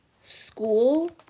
school